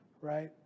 right